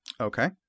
Okay